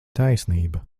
taisnība